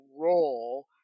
role